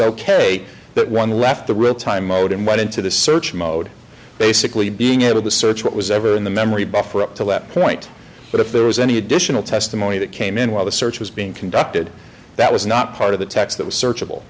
that one left the real time mode and went into the search mode basically being able to search what was ever in the memory buffer up to that point but if there was any additional testimony that came in while the search was being conducted that was not part of the tex